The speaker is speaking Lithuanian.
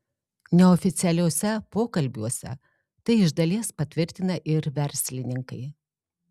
neoficialiuose pokalbiuose tai iš dalies patvirtina ir verslininkai